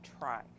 try